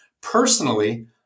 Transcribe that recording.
Personally